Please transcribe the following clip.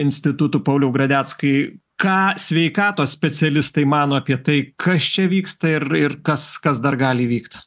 institutų pauliau gradeckai ką sveikatos specialistai mano apie tai kas čia vyksta ir ir kas kas dar gali įvykt